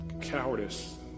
cowardice